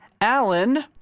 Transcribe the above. Alan